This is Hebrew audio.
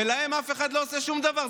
ולהם אף אחד לא עושה שום דבר,